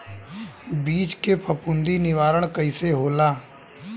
बीज के फफूंदी निवारण कईसे होला?